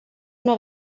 una